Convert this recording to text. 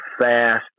fast